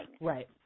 Right